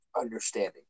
understanding